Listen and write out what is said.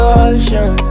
ocean